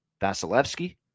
Vasilevsky